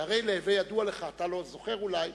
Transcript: שהרי להווי ידוע לך, אתה לא זוכר אולי,